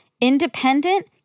independent